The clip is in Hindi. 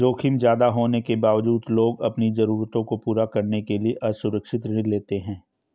जोखिम ज्यादा होने के बावजूद लोग अपनी जरूरतों को पूरा करने के लिए असुरक्षित ऋण लेते हैं